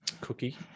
cookie